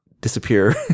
disappear